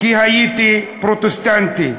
כי הייתי פרוטסטנטי,